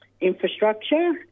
Infrastructure